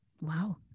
Wow